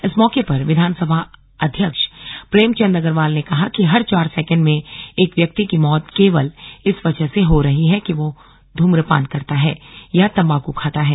इस मौके पर विधानसभा अध्यक्ष प्रेमचंद अग्रवाल ने कहा कि हर चार सेकेंड में एक व्यक्ति की मौत केवल इस वजह से हो रही है कि वह धूम्रपान करता है या तंबाकू खाता है